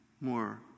more